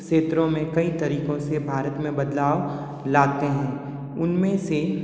क्षेत्रों मे कई तरीकों से भारत मे बदलाव लाते हैं उनमें से